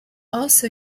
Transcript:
also